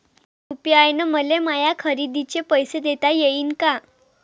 UPI न मले माया खरेदीचे पैसे देता येईन का?